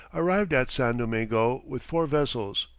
arrived at san domingo with four vessels.